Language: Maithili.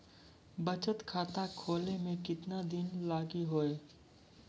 बचत खाता खोले मे केतना दिन लागि हो?